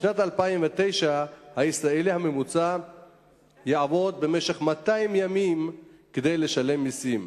בשנת 2009 הישראלי הממוצע יעבוד במשך 200 ימים כדי לשלם מסים.